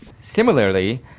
Similarly